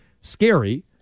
scary